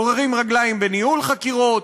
גוררים רגליים בניהול חקירות.